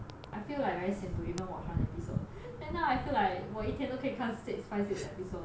I feel like very sian to even watch one episode then now I feel like 我一天都可以看 six five six episode eh